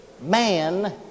Man